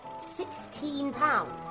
sixteen pounds.